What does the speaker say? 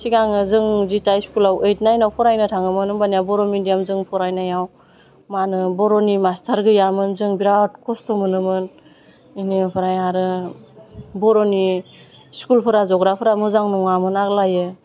सिगाङो जों जिता इस्कुलाव ओइट नाइनाव फरायनो थाङोमोन होमबानिया बर' मेडियामजों फरायनायाव मा होनो बर'नि मास्टार गैयामोन जों बिराथ खस्थ' मोनोमोन बेनिफ्राय आरो बर'नि स्कुलफोरा जग्राफोरा मोजां नङामोन आग्लायो